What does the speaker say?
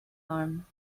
arm